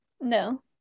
No